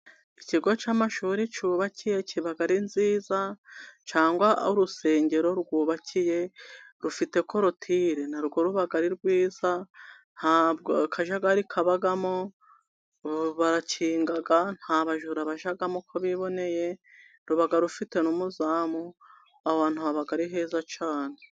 Ikigo cy'amashuri cyubakiye kiba ari cyiza, cyangwa aho urusengero rwubakiye rufite korotire, na rwo ruba ari rwiza, nta kajagari kabamo, barakinga, nta bajura bajyamo uko biboneye, ruba rufite n'umuzamu, aho hantu haba ari heza cyane.